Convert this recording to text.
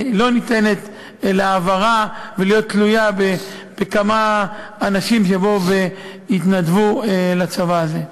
לא ניתנת להעברה ולהיות תלויה בכמה אנשים שיבואו ויתנדבו לצבא הזה.